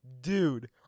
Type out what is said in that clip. dude